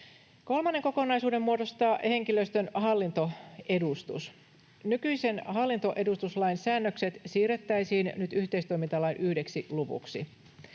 Kolmannen kokonaisuuden muodostaa henkilöstön hallintoedustus. Nykyisen hallintoedustuslain säännökset siirrettäisiin nyt yhteistoimintalain yhdeksi luvuksi.